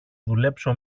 δουλέψω